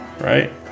right